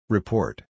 Report